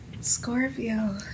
Scorpio